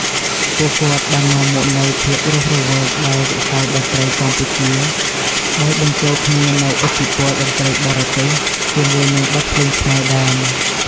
ពួកគាត់បាននាំមកនូវភាពរស់រវើកដល់វិស័យតន្ត្រីកម្ពុជា ដោយបញ្ចូលគ្នានូវឥទ្ធិពលតន្ត្រីបរទេសជាមួយនឹងបទភ្លេងខ្មែរដើម។